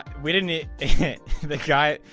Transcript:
we didn't. the guy,